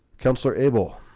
councillor abel